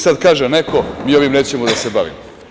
Sada kaže neko da mi sa ovim nećemo da se bavimo.